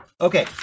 Okay